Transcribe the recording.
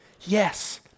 Yes